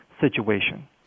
situation